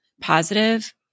positive